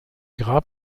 grab